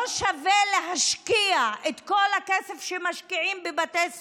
לא שווה להשקיע את כל הכסף שמשקיעים בבתי סוהר,